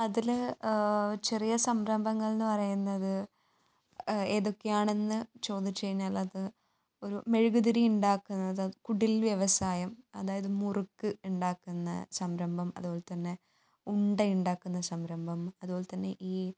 അതിൽ ചെറിയ സംരംഭങ്ങൾ എന്ന് പറയുന്നത് ഏതൊക്കെയാണെന്ന് ചോദിച്ചു കഴിഞ്ഞാൽ അത് ഒരു മെഴുകുതിരി ഉണ്ടാക്കുന്നത് കുടിൽ വ്യവസായം അതായത് മുറുക്ക് ഉണ്ടാക്കുന്ന സംരംഭം അതുപോലെ തന്നെ ഉണ്ടയുണ്ടാക്കുന്ന സംരംഭം അതുപോലെ തന്നെ ഈ